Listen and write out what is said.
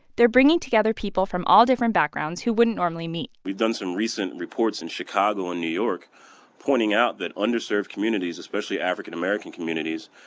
they're bringing together people from all different backgrounds who wouldn't normally meet we've done some recent reports in chicago and new york pointing out that underserved communities, especially african-american communities,